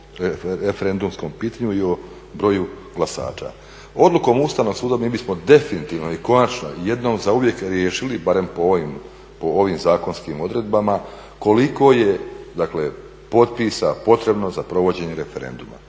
referendumskom pitanju i o broju glasača. Odlukom Ustavnog suda mi bismo definitivno i konačno jednom zauvijek riješili, barem po ovim zakonskim odredbama koliko je, dakle potpisa potrebno za provođenje referenduma.